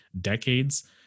decades